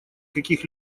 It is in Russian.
каких